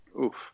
Oof